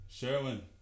Sherwin